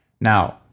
Now